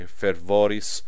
fervoris